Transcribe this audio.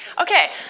Okay